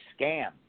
scam